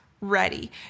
ready